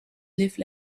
live